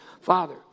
Father